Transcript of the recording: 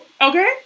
Okay